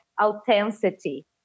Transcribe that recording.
authenticity